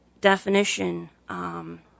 definition